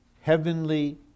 heavenly